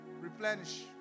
Replenish